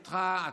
אתה,